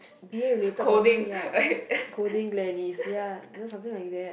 b_a related person already what like coding Gladys ya you know something like that